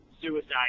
suicide